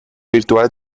virtuale